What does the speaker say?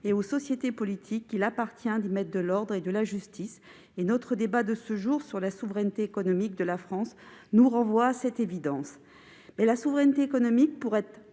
et aux sociétés politiques qu'il appartient d'y mettre de l'ordre et de la justice : notre débat de ce jour sur la souveraineté économique de la France nous renvoie à cette évidence. Cela étant, pour être